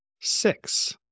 six